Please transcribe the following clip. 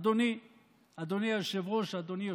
אדוני היושב-ראש, אדוני יושב-הראש,